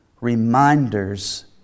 reminders